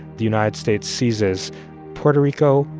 the united states seizes puerto rico,